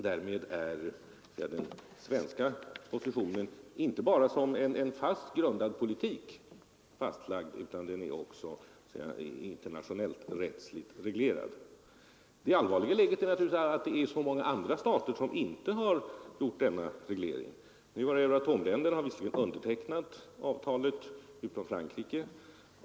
Därmed är den svenska positionen fastlagd, inte bara som en fast grundad politik; den är också internationellt rättsligt reglerad. Det allvarliga i läget är naturligtvis att det är så många andra stater som inte har gjort denna reglering. Euratomländerna har visserligen undertecknat avtalet — utom Frankrike.